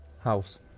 House